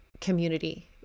community